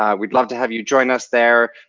um would love to have you join us there.